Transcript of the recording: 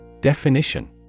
Definition